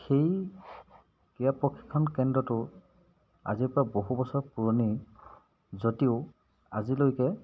সেই ক্ৰীড়া প্ৰশিক্ষণ কেন্দ্ৰটো আজিৰ পৰা বহু বছৰ পুৰণি যদিও আজিলৈকে